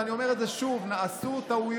ואני אומר את זה שוב: נעשו טעויות,